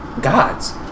gods